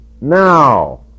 now